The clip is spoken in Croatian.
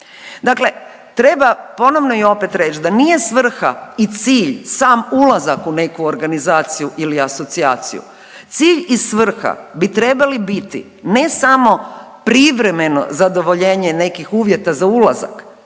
Dakle treba ponovno i opet reći da nije svrha i cilj sam ulazak u neku organizaciju ili asocijaciju. Cilj i svrha bi trebali biti, ne samo privremeno zadovoljenje nekih uvjeta za ulazak